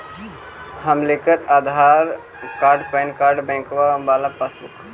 हम लेकर Aadhaar card PAN card बैंकवा वाला पासबुक?